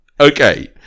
Okay